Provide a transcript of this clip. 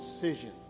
decision